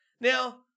Now